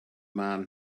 man